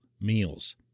meals